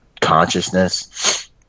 consciousness